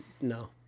no